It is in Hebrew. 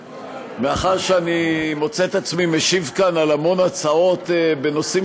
מאחר שאני מוצא את עצמי משיב כאן על המון הצעות בנושאים